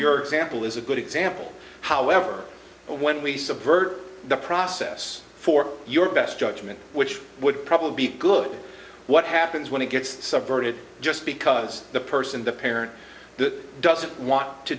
your example is a good example however when we subvert the process for your best judgment which would probably be good what happens when it gets subverted just because the person the parent doesn't want to